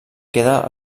queda